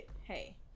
hey